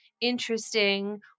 interesting